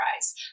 eyes